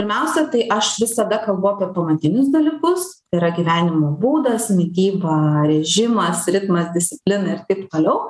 pirmiausia tai aš visada kalbu apie pamatinius dalykus tai yra gyvenimo būdas mityba režimas ritmas disciplina ir taip toliau